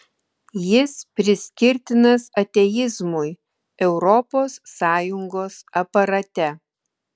jis priskirtinas ateizmui europos sąjungos aparate